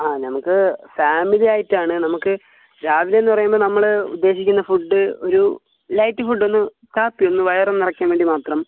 ആ ഞങ്ങൾക്ക് ഫാമിലി ആയിട്ടാണ് നമുക്ക് രാവിലെ എന്ന് പറയുമ്പം നമ്മൾ ഉദ്ദേശിക്കുന്ന ഫുഡ് ഒരു ലൈറ്റ് ഫുഡ് ഒന്ന് കാപ്പി ഒന്ന് വയർ ഒന്ന് നിറയ്ക്കാൻ വേണ്ടി മാത്രം